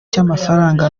cy’amafaranga